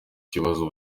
kibazo